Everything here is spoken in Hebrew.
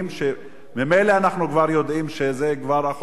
כשממילא אנחנו כבר יודעים שזה כבר אחוזים